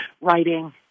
writing